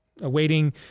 awaiting